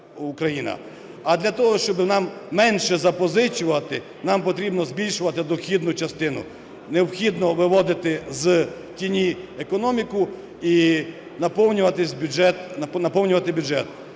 А для того, щоб нам менше запозичувати, нам потрібно збільшувати дохідну частину, необхідно виводити з тіні економіку і наповнювати бюджет.